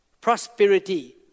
prosperity